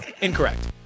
incorrect